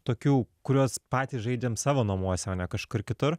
tokių kuriuos patys žaidžiam savo namuose o ne kažkur kitur